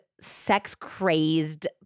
sex-crazed